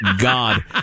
God